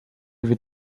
wird